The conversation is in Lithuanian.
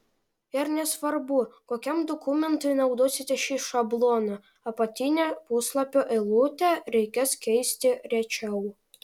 ir nesvarbu kokiam dokumentui naudosite šį šabloną apatinę puslapio eilutę reikės keisti rečiau